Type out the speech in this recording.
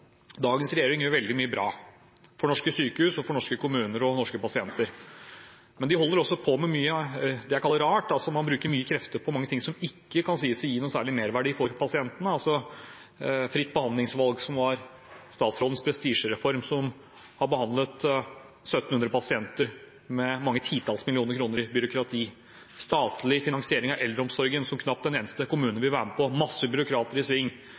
dagens regjering gjør veldig mye bra, for norske sykehus, for norske kommuner og norske pasienter, men de holder også på med mye som jeg kaller rart. Man bruker mye krefter på mange ting som ikke kan sies å ha noen merverdi for pasientene, f.eks. fritt behandlingsvalg, som er statsrådens prestisjereform, hvor man har behandlet 1 700 pasienter med mange titalls millioner kroner i byråkrati, og statlig finansiering av eldreomsorgen som knapt en eneste kommune vil være med på, en mengde byråkrater i sving.